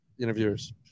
interviewers